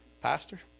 Pastor